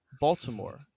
Baltimore